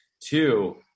two